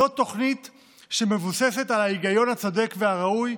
זו תוכנית שמבוססת על ההיגיון הצודק והראוי,